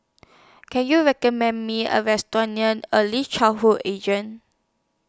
Can YOU recommend Me A Restaurant near Early Childhood Agent